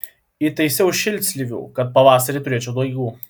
įtaisiau šiltlysvių kad pavasarį turėčiau daigų